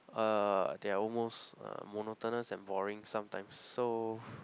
uh they are almost uh monotonous and boring sometimes so